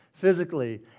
physically